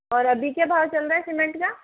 और अभी क्या भाव चल रहा है सीमेंट का